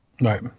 Right